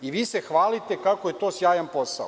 I vi se hvalite kako je to sjajan posao.